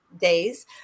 Days